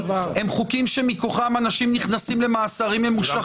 הם חוקים שמכוחם אנשים נכנסים למאסרים ממושכים.